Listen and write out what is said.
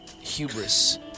hubris